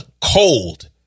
cold